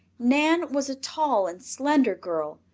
nan was a tall and slender girl,